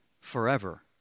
forever